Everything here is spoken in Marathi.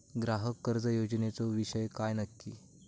ग्राहक कर्ज योजनेचो विषय काय नक्की?